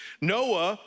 Noah